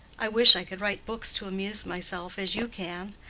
i wish i could write books to amuse myself, as you can!